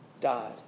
died